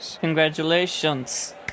Congratulations